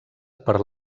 per